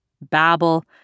babble